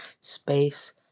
space